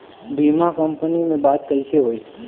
बीमा कंपनी में बात कइसे होई?